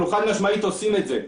אנחנו חד משמעית עושים את זה.